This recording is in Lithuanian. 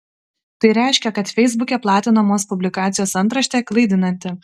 tai reiškia kad feisbuke platinamos publikacijos antraštė klaidinanti